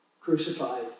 crucified